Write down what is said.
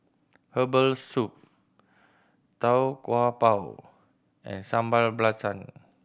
herbal soup Tau Kwa Pau and Sambal Belacan